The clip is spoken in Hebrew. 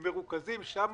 הם מרוכזים שם,